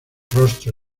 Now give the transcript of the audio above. rostro